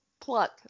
pluck